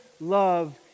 love